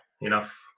enough